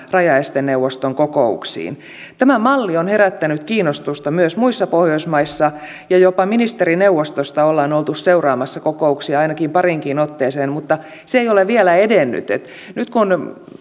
rajaesteneuvoston kokouksiin tämä malli on herättänyt kiinnostusta myös muissa pohjoismaissa ja jopa ministerineuvostosta ollaan oltu seuraamassa kokouksia ainakin pariinkin otteeseen mutta se ei ole vielä edennyt nyt kun